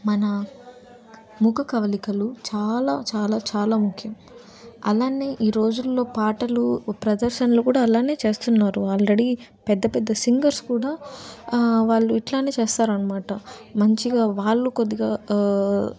మన ముఖ కవలికలు చాలా చాలా చాలా ముఖ్యం అలానే ఈ రోజుల్లో పాటలు ప్రదర్శనలు కూడా అలానే చేస్తున్నారు ఆల్రెడీ పెద్ద పెద్ద సింగర్స్ కూడా వాళ్ళు ఇట్లానే చేస్తారన్నమాట మంచిగా వాళ్ళు కొద్దిగా